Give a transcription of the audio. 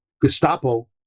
Gestapo